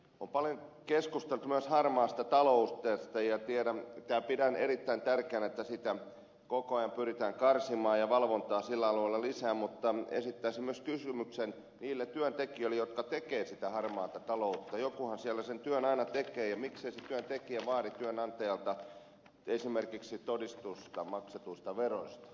on paljon keskusteltu myös harmaasta taloudesta ja pidän erittäin tärkeänä että sitä koko ajan pyritään karsimaan ja valvontaa sillä alueella lisäämään mutta esittäisin myös kysymyksen niille työntekijöille jotka tekevät sitä harmaata taloutta jokuhan siellä sen työn aina tekee miksei se työntekijä vaadi työnantajalta esimerkiksi todistusta maksetuista veroista